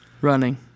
Running